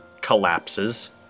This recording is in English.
collapses